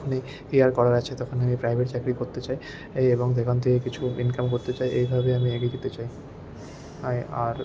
দুঃখ নেই কী আর করার আছে তখন আমি প্রাইভেট চাকরি করতে চাই এই এবং সেখান থেকে কিছু ইনকাম করতে চাই এইভাবে আমি এগিয়ে যেতে চাই আর